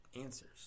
Answers